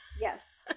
yes